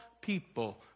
people